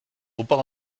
ober